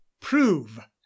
prove